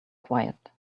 quiet